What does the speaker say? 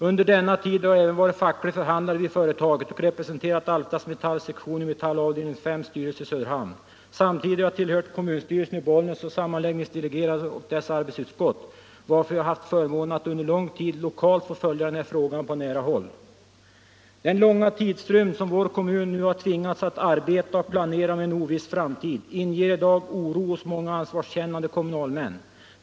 Under denna tid har jag även varit facklig förhandlare vid företaget och representerat Alftas metallsektion i styrelsen för Metalls avdelning S i Söderhamn. Samtidigt har jag tillhört kommunstyrelsen i Bollnäs och sammanläggningsdelegerade och dess arbetsutskott, varför jag haft förmånen att under lång tid lokalt få följa den här frågan på nära håll. Den långa tidsrymd under vilken vår kommun nu har tvingats att arbeta och planera för en oviss framtid inger i dag oro hos många ansvarskännande kommunalmän.